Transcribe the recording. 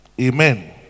amen